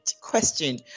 question